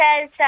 says